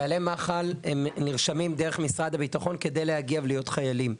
חיילי מח"ל נרשמים דרך משרד הביטחון כדי להגיע ולהיות חיילים,